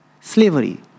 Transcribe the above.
slavery